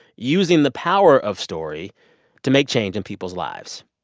using the power of story to make change in people's lives.